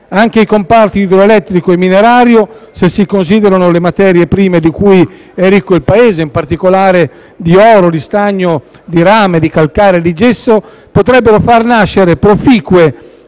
Anche i comparti idroelettrico e minerario, se si considerano le materie prime di cui è ricco il Paese (in particolare oro, stagno, rame, calcare e gesso), potrebbero far nascere proficue